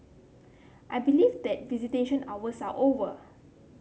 I believe that visitation hours are over